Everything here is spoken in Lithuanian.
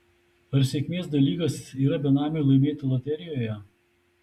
ar sėkmės dalykas yra benamiui laimėti loterijoje